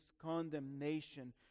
condemnation